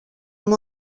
μου